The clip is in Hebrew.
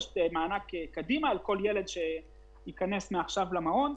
ויש מענק קדימה על כל ילד שייכנס מעכשיו למעון.